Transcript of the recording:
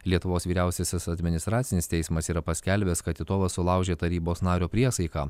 lietuvos vyriausiasis administracinis teismas yra paskelbęs kad titovas sulaužė tarybos nario priesaiką